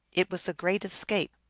it was a great escape.